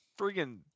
friggin